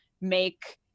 make